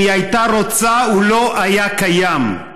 אם היא הייתה רוצה הוא לא היה קיים.